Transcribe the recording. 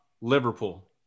Liverpool